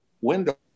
window